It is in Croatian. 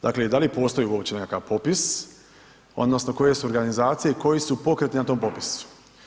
Dakle i da li postoji uopće nekakav popis odnosno koje su organizacije i koji su pokreti na tom popisu.